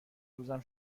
روزم